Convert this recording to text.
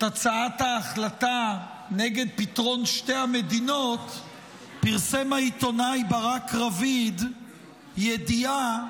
הצעת ההחלטה נגד פתרון שתי המדינות פרסם העיתונאי ברק רביד ידיעה